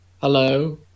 Hello